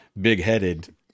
big-headed